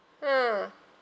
ah